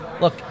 look